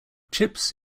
chips